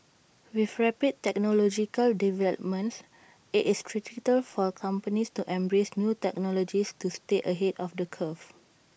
with rapid technological developments IT is critical for companies to embrace new technologies to stay ahead of the curve